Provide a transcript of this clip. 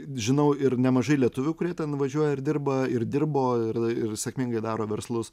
žinau ir nemažai lietuvių kurie ten važiuoja ir dirba ir dirbo ir ir sėkmingai daro verslus